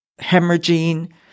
hemorrhaging